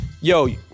Yo